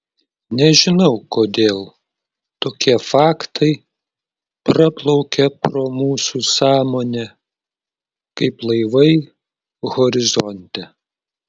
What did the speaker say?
nežinau kodėl tokie faktai praplaukia pro mūsų sąmonę kaip laivai horizonte